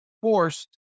forced